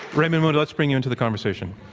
raymond moody, let's bring you into the conversation.